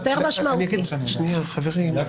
אפשרות אחת זה שניתן לכל